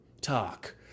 talk